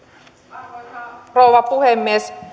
arvoisa rouva puhemies